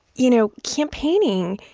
you know, campaigning,